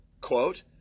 Quote